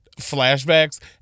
flashbacks